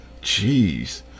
Jeez